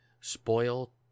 spoil